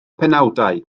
penawdau